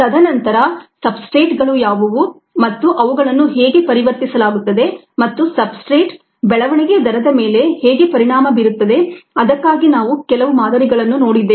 ತದನಂತರ ಸಬ್ಸ್ಟ್ರೇಟ್ಗಳು ಯಾವುವು ಮತ್ತು ಅವುಗಳನ್ನು ಹೇಗೆ ಪರಿವರ್ತಿಸಲಾಗುತ್ತದೆ ಮತ್ತು ಸಬ್ಸ್ಟ್ರೇಟ್ ಬೆಳವಣಿಗೆಯ ದರದ ಮೇಲೆ ಹೇಗೆ ಪರಿಣಾಮ ಬೀರುತ್ತದೆ ಅದಕ್ಕಾಗಿ ನಾವು ಕೆಲವು ಮಾದರಿಗಳನ್ನು ನೋಡಿದ್ದೇವೆ